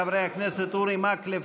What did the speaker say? חברי הכנסת אורי מקלב,